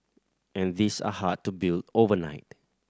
and these are hard to build overnight